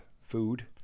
food